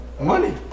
Money